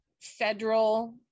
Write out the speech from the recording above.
federal